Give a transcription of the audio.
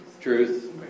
truth